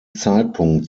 zeitpunkt